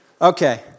Okay